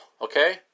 okay